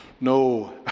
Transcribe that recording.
No